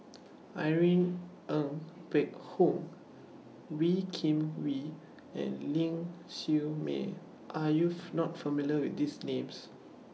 Irene Ng Phek Hoong Wee Kim Wee and Ling Siew May Are YOU not familiar with These Names